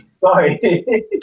Sorry